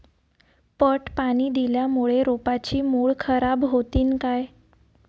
पट पाणी दिल्यामूळे रोपाची मुळ खराब होतीन काय?